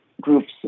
Groups